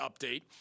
update